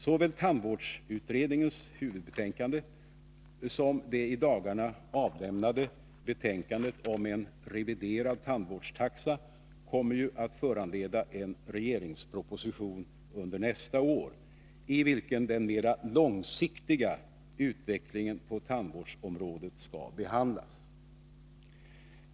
Såväl tandvårdsutredningens huvudbetänkande som det i dagarna avlämnade betänkandet om en reviderad tandvårdstaxa kommer ju att föranleda en regeringsproposition under nästa år, i vilken den mer långsiktiga utvecklingen på tandvårdsområdet skall behandlas.